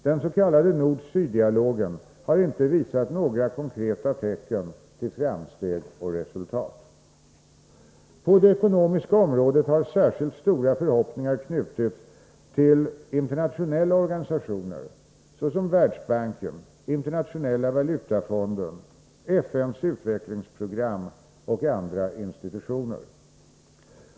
Den s.k. nord-syddialogen har inte visat några konkreta tecken till framsteg eller resultat. På det ekonomiska området har särskilt stora förhoppningar knutits till internationella organisationer såsom Världsbanken, Internationella valutafonden, FN:s utvecklingsprogram och andra institutioner.